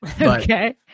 okay